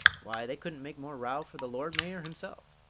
why, they couldn't make more row for the lord mayor himself.